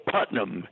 Putnam